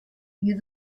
you